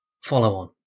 follow-on